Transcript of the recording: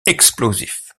explosif